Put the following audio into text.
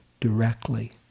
directly